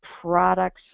products